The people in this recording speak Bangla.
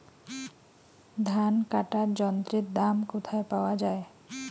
ধান কাটার যন্ত্রের দাম কোথায় পাওয়া যায়?